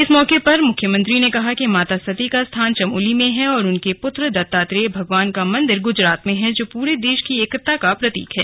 इस मौके पर मुख्यमंत्री ने कहा कि कि माता सती का स्थान चमोली में है तो उनके पूत्र दत्तात्रेय भगवान का मंदिर गुजरात में है जो पूरे देश की एकता का प्रतीक है